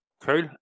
cool